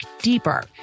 deeper